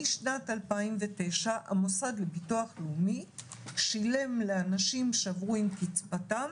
משנת 2009 המוסד לביטוח לאומי שילם לאנשים שעברו עם קצבתם